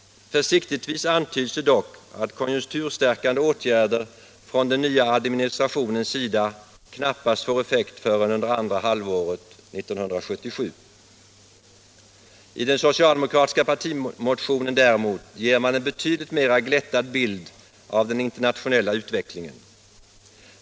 Försiktigtvis antyds det dock att konjunkturstärkande åtgärder från den nya administrationens sida knappast får effekt förrän under andra halvåret 1977. I den socialdemokratiska partimotionen däremot ger man en betydligt mera glättad bild av den internationella utvecklingen.